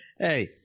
Hey